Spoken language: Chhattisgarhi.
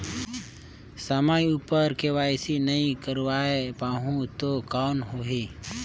समय उपर के.वाई.सी नइ करवाय पाहुं तो कौन होही?